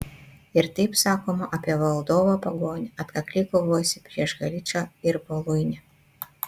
ir taip sakoma apie valdovą pagonį atkakliai kovojusį prieš haličą ir voluinę